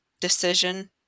decision